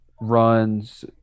runs